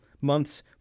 months